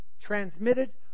transmitted